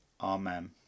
Amen